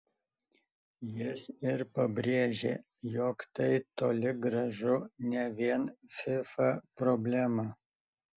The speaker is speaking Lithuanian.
jis ir pabrėžė jog tai toli gražu ne vien fifa problema